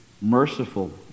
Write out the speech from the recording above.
merciful